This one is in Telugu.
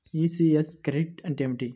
ఈ.సి.యస్ క్రెడిట్ అంటే ఏమిటి?